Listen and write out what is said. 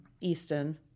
Easton